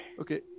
Okay